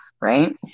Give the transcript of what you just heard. right